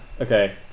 Okay